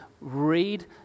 read